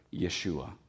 Yeshua